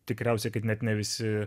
tikriausiai kad net ne visi